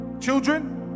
children